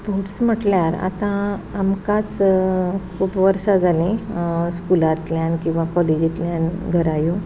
sports म्हटल्यार आतां आमकांच खूब वर्सां जालीं स्कुलांतल्यान किंवां कॉलेजींतल्यान घरा येवन